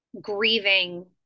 grieving